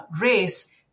race